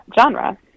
genre